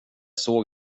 såg